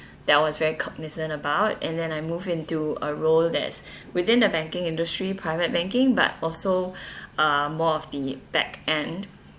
that was very cognisant about and then I move into a role that's within the banking industry private banking but also uh more of the back end